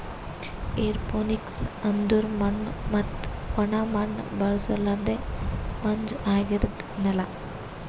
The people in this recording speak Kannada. ಏರೋಪೋನಿಕ್ಸ್ ಅಂದುರ್ ಮಣ್ಣು ಮತ್ತ ಒಣ ಮಣ್ಣ ಬಳುಸಲರ್ದೆ ಮಂಜ ಆಗಿರದ್ ನೆಲ